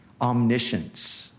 omniscience